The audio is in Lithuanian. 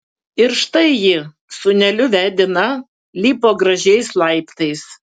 ir štai ji sūneliu vedina lipo gražiais laiptais